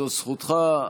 זאת זכותך,